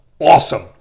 awesome